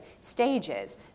stages